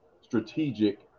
strategic